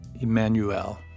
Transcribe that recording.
Emmanuel